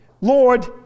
Lord